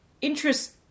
interest